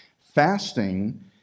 Fasting